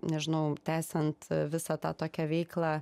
nežinau tęsiant visą tą tokią veiklą